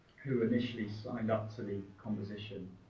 who initially signed up to the composition.